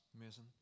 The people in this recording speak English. Amazing